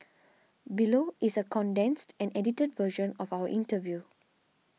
below is a condensed and edited version of our interview